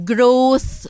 Growth